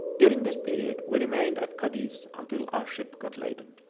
during this period we remained at cadiz until our ship got laden.